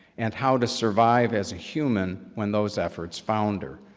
and how to survive as a human, when those efforts founder.